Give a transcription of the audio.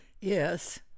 Yes